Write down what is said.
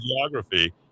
geography